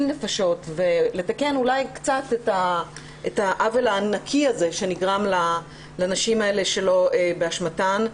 נפשות ולתקן אולי קצת את העוול הענקי הזה שנגרם לנשים האלה שלא באשמתן.